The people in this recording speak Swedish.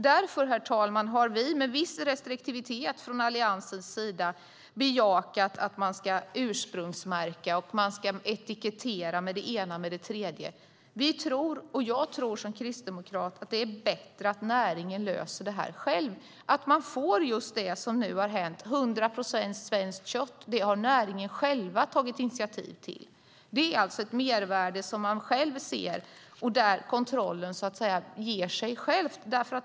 Därför har vi, herr talman, med viss restriktivitet från Alliansens sida, bejakat att man ska ursprungsmärka och etikettera och det ena med det tredje. Vi och jag som kristdemokrat tror att det är bättre att näringen själv löser detta. Därmed får vi det som nu finns, nämligen kött som till hundra procent är svenskt. Det har näringen själv tagit initiativ till. Det finns således ett mervärde som de själva ser, och kontrollen ger sig självt.